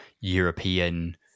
European